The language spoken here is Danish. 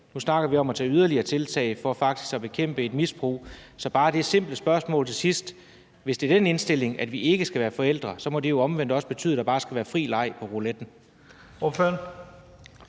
nu snakker vi om at tage yderligere tiltag for faktisk at bekæmpe et misbrug. Jeg har bare det simple spørgsmål til sidst: Hvis man har den indstilling, at vi ikke skal være forældre, så må det jo omvendt også betyde, at der bare skal være fri leg på rouletten.